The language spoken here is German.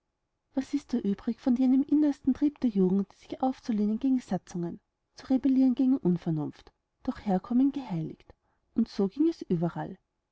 was ist da übrig von jenem innersten trieb der jugend sich aufzulehnen gegen satzungen zu rebellieren gegen unvernunft durch herkommen geheiligt und so ging es überall